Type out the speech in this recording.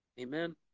Amen